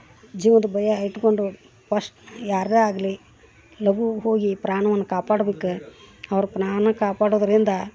ಜೀವದ ಭಯಾ ಇಟ್ಕೊಂಡು ಫಸ್ಟ್ ಯಾರೇ ಆಗಲಿ ಲಘು ಹೋಗಿ ಪ್ರಾಣವನ್ನು ಕಾಪಾಡ್ಬೇಕು ಅವ್ರ ಪ್ರಾಣ ಕಾಪಾಡೋದ್ರಿಂದ